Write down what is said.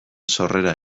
sorrera